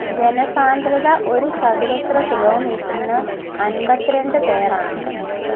ജനസാന്ദ്രത ഒരു ചതുരശ്ര കിലോമീറ്ററിന് അമ്പത്തിരണ്ട് പേരാണ്